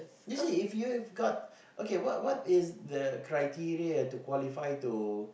is it if you've got okay what what is the criteria to qualify to